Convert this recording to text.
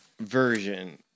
version